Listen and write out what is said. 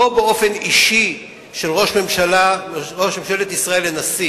לא לפנות באופן אישי, ראש ממשלת ישראל לנשיא